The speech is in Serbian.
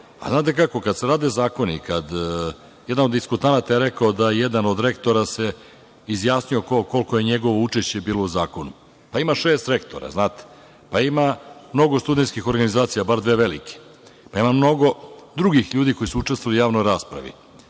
Znate kako, kada se rade zakoni, jedan od diskutanata je rekao da se jedan od rektora izjasnio koliko je njegovo učešće bilo u zakonu, znate ima šest rektora, ima mnogo studentskih organizacija, bar dve velike, ima mnogo drugih ljudi koji su učestvovali u javnoj raspravi.